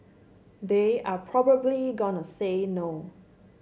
they are probably gone a say no